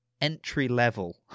entry-level